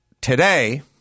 today